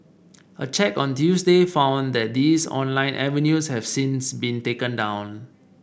a check on Tuesday found that these online avenues have since been taken down